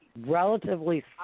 relatively